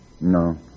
No